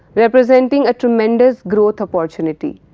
representing a tremendous growth opportunity.